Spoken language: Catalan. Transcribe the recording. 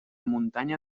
muntanya